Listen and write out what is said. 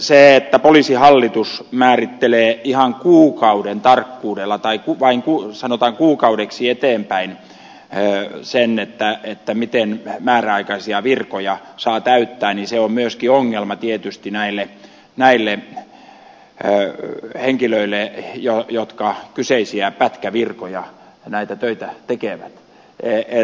se että poliisihallitus määrittelee ihan kuukauden tarkkuudella taipuu vain kun sanotaan kuukaudeksi eteenpäin sen miten määräaikaisia virkoja saa täyttää on myöskin ongelma tietysti näille henkilöille jotka kyseisiä pätkävirkoja ja näitä töitä tekevät